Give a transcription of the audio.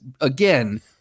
again